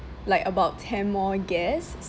like about ten more guests